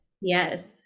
yes